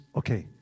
okay